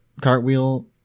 cartwheel